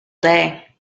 day